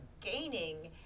gaining